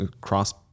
cross